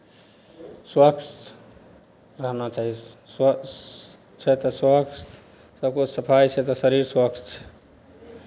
स्वच्छ रहना चाही स्वच्छ छै तऽ स्वच्छ सभके सफाइ छै तऽ शरीर स्वच्छ छै